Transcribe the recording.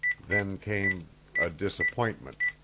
then came a disappointment.